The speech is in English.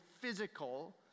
physical